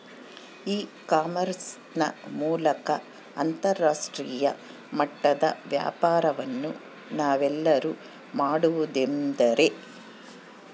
E commerce ನ ಮೂಲಕ ಅಂತರಾಷ್ಟ್ರೇಯ ಮಟ್ಟದ ವ್ಯಾಪಾರವನ್ನು ನಾವೆಲ್ಲರೂ ಮಾಡುವುದೆಂದರೆ?